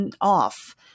off